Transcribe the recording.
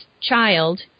child